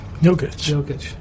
Jokic